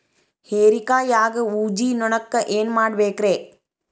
ಹೇರಿಕಾಯಾಗ ಊಜಿ ನೋಣಕ್ಕ ಏನ್ ಮಾಡಬೇಕ್ರೇ?